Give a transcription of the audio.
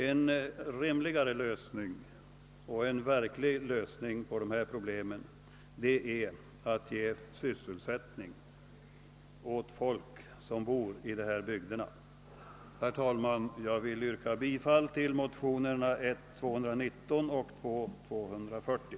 En rimligare lösning och en verklig lösning på problemen är att ge sysselsättning åt folk som bor i dessa bygder. Herr talman! Jag yrkar bifall till motionerna I: 219 och II: 240.